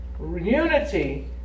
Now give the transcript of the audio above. unity